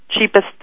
cheapest